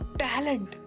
talent